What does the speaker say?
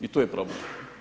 I to je problem.